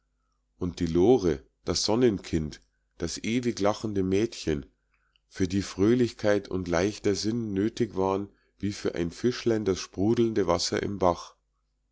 und die lore das sonnenkind das ewig lachende mädchen für die fröhlichkeit und leichter sinn nötig waren wie für ein fischlein das sprudelnde wasser im bach